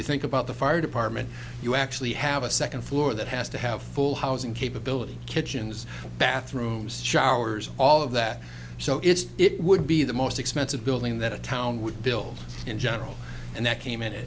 you think about the fire department you actually have a second floor that has to have full housing capability kitchens bathrooms showers all of that so it's it would be the most expensive building that a town with built in general and that came in a